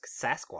Sasquatch